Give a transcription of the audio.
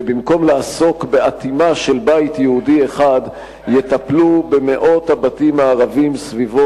ובמקום לעסוק באטימה של בית יהודי אחד יטפלו במאות הבתים הערביים סביבו,